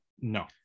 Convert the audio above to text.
No